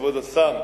כבוד השר,